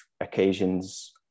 occasions